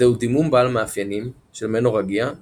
זהו דימום בעל מאפיינים של מנורגיה ומטרורגיה.